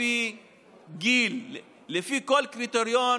לפי גיל, לפי כל קריטריון